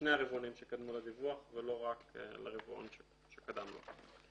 לשני הרבעונים שקדמו לדיווח ולא רק לרבעון שקדם לו.